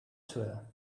tour